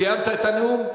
סיימת את הנאום?